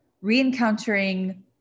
re-encountering